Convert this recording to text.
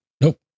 Nope